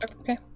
Okay